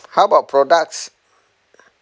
how about products